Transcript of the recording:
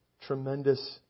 tremendous